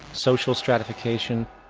social stratification,